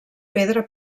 pedra